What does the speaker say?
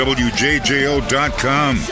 wjjo.com